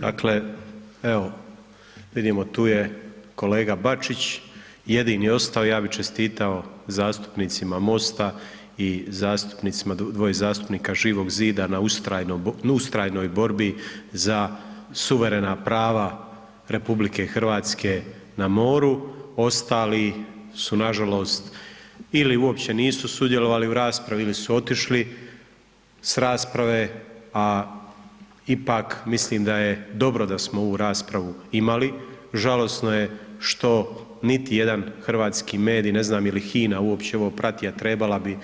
Dakle, evo vidimo tu je kolega Bačić, jedini ostao, ja bi čestitao zastupnicima MOST-a i zastupnicima, dvoje zastupnika Živog zida, na ustrajnoj borbi za suverena prava Republike Hrvatske na moru, ostali su nažalost, ili uopće nisu sudjelovali u raspravi, ili su otišli s rasprave, a ipak mislim da je dobro da smo ovu raspravu imali, žalosno je što niti jedan hrvatski mediji, ne znam je li HINA uopće ovo prati, a trebala bi,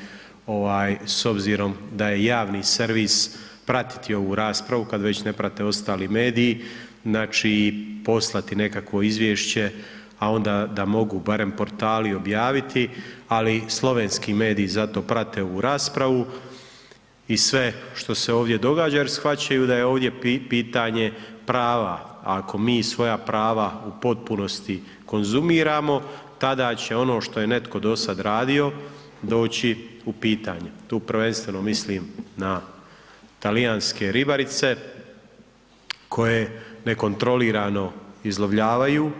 ovaj s obzirom da je javni servis, pratiti ovu raspravu kad već ne prate ostali mediji, znači, poslati nekakvo izvješće, a onda da mogu barem portali objaviti, ali slovenski mediji zato prate ovu raspravu i sve što se ovdje događa, jer shvaćaju da je ovdje pitanje prava, a ako mi svoja prava u potpunosti konzumiramo tada će ono što je netko do sad radio, doći u pitanje, tu prvenstveno mislim na talijanske ribarice koje nekontrolirano izlovljavaju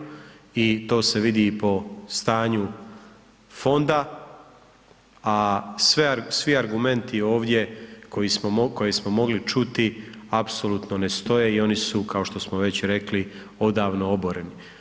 i to se vidi i po stanju Fonda, a svi argumenti ovdje koje smo mogli čuti, apsolutno ne stoje i oni su kao što smo već rekli odavno oboreni.